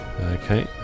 Okay